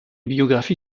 biographie